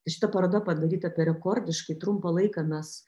šita paroda padaryta per rekordiškai trumpą laiką mes